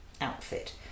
outfit